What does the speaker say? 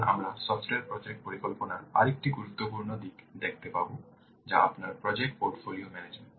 এখন আমরা software project পরিচালনার আরেকটি গুরুত্বপূর্ণ দিক দেখতে পাব যা আপনার প্রজেক্ট পোর্টফোলিও ম্যানেজমেন্ট